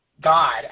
God